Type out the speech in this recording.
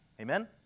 amen